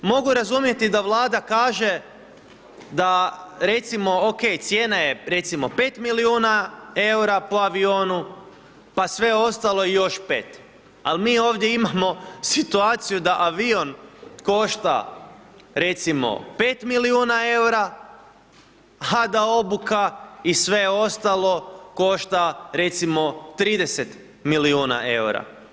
Mogu razumjeti da Vlada kaže da recimo ok, cijena je recimo 5 milijuna eura po aviona pa sve ostalo još 5. Ali mi ovdje imamo situaciju da avion košta recimo 5 milijuna eura a da obuka i sve ostalo košta recimo 30 milijuna eura.